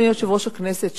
אדוני יושב-ראש הכנסת,